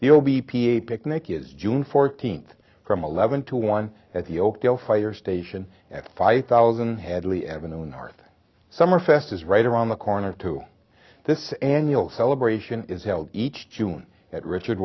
the o b p a picnic is june fourteenth from eleven to one at the oakdale fire station at five thousand hedley avenue north summerfest is right around the corner to this annual celebration is held each june at richard